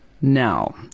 Now